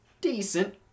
decent